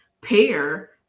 pair